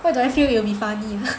why do I feel it'll be funny